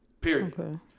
period